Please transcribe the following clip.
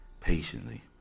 patiently